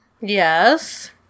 Yes